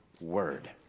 word